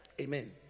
Amen